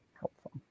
helpful